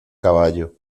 caballo